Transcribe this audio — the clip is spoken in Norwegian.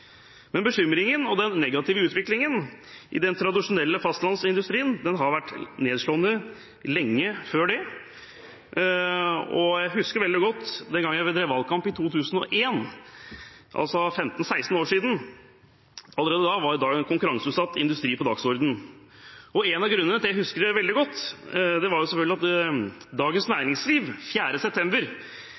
Men bekymringen og den negative utviklingen i den tradisjonelle fastlandsindustrien har vært nedslående lenge før det. Jeg husker veldig godt den gang jeg drev valgkamp i 2001, altså for 15–16 år siden. Allerede da var konkurranseutsatt industri på dagsordenen. Én av grunnene til at jeg husker det veldig godt, er selvfølgelig at Dagens Næringsliv 4. september